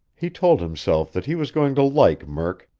he told himself that he was going to like murk,